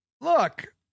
Look